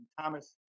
Thomas